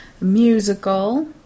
musical